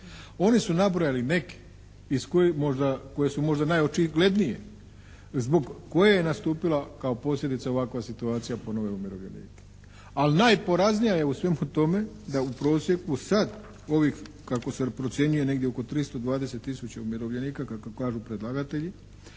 Oni su nabrojali neke iz kojih možda, koje su možda najočiglednije zbog koje je nastupila kao posljedica ovakva situacija po nove umirovljenike. Ali najporaznija je u svemu tome da je u prosjeku sad ovih kako se procjenjuje negdje oko 320 tisuća umirovljenika kako kažu predlagatelji